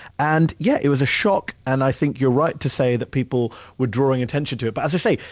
and yeah, it was a shock, and i think you're right to say that people were drawing attention to it, but as i say,